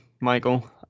Michael